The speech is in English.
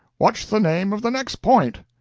what's the name of the next point?